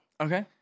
Okay